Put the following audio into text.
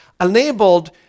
enabled